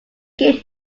gave